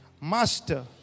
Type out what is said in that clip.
Master